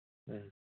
ꯑꯥ